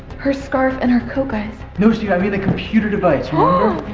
her scarf and her coat guys. no stephen i mean the computer device